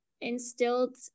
instilled